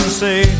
say